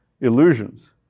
illusions